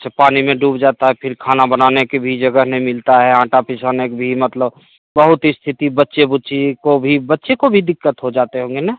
अच्छा पानी में डूब जाता है फिर खाना बनाने की भी जगह नहीं मिलता है आटा पिसवाने भी मतलब बहुत ही स्थिति बच्चे बुच्ची को भी बच्चे को भी दिक्कत हो जाते होंगे ना